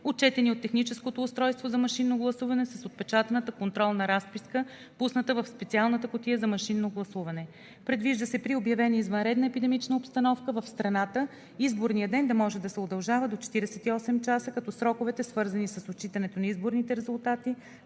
отчетени от техническото устройство за машинно гласуване, с отпечатаната контролна разписка, пусната в специалната кутия за машинно гласуване. Предвижда се при обявена извънредна епидемична обстановка в страната изборният ден да може да се удължава до 48 часа, като сроковете, свързани с отчитането на изборните резултати,